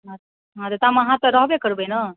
हाँ हाँ तऽ तामे अहाँ तऽ रहबे करबै ने